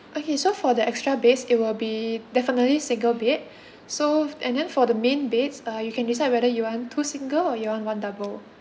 okay so for the extra beds it will be definitely single bed so and then for the main beds uh you can decide whether you want two single or you want one double